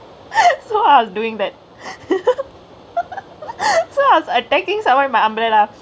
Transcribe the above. so I was doingk that so I was attackingk someone with my umbrella